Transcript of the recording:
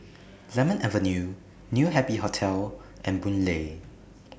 Lemon Avenue New Happy Hotel and Boon Lay